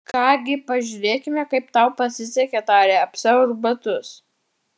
ką gi pažiūrėkime kaip tau pasisekė tarė apsiauk batus